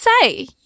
say